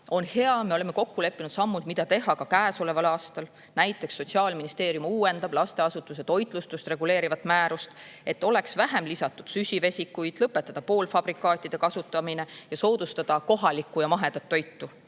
on hea, me oleme kokku leppinud sammud, mida teha ka käesoleval aastal. Näiteks, Sotsiaalministeerium uuendab lasteasutuse toitlustust reguleerivat määrust, et oleks vähem lisatud süsivesikuid, et lõpetada poolfabrikaatide kasutamine ning soodustada kohalikku ja mahedat toitu.